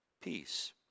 peace